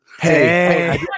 hey